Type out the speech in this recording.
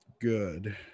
good